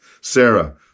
Sarah